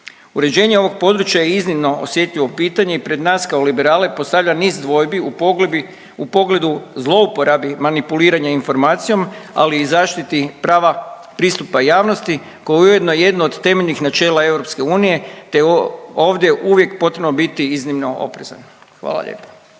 Uređenje ovog područja je iznimno osjetljivo pitanje i pred nas kao Liberale postavlja niz dvojbi u pogledu zlouporabe manipuliranja informaciju, ali i zaštiti prava pristupa javnosti koji je ujedno jedno od temeljnih načela EU, te je ovdje uvijek potrebno biti iznimno oprezan. Hvala lijepa.